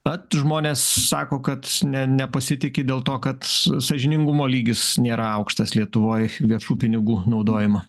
tad žmonės sako kad ne nepasitiki dėl to kad s sąžiningumo lygis nėra aukštas lietuvoj viešų pinigų naudojima